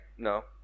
no